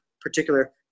particular